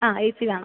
ആ A C വേണം